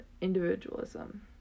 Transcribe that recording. individualism